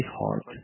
heart